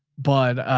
but